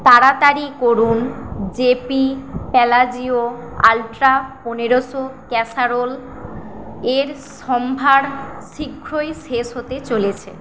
তাড়াতাড়ি করুন JP Palazzo ultra পনেরোশো ক্যাসারোলের সম্ভার শীঘ্রই শেষ হতে চলেছে